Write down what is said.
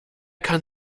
kann